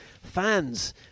fans